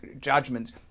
judgments